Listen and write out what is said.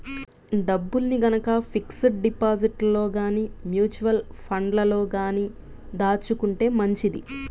డబ్బుల్ని గనక ఫిక్స్డ్ డిపాజిట్లలో గానీ, మ్యూచువల్ ఫండ్లలో గానీ దాచుకుంటే మంచిది